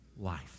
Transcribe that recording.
life